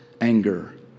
anger